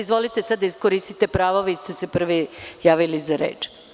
Izvolite, sada iskoristite pravo, vi ste se prvi javili za reč.